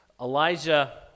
Elijah